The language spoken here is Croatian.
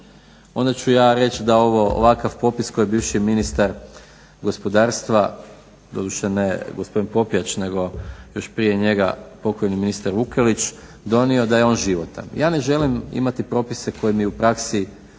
onda ću ja reći da je ovakav popis koji je bivši ministar gospodarstva, doduše ne gospodin Popijač nego još prije njega pokojni ministar Vukelić donio da je on životan. Ja ne želim imati propise koji mi u praksi niti